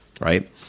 right